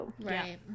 right